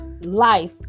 life